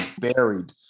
buried